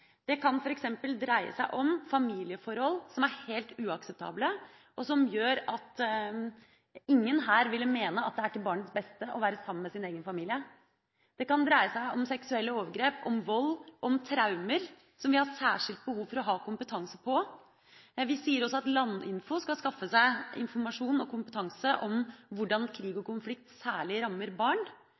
Det kan f.eks. dreie seg om familieforhold som er helt uakseptable, og som gjør at ingen her ville mene at det er til barnets beste å være sammen med sin egen familie. Det kan dreie seg om seksuelle overgrep, om vold, om traumer som vi har særskilt behov for å ha kompetanse på. Vi sier også at Landinfo skal skaffe seg informasjon og kompetanse om hvordan krig og konflikt særlig rammer barn.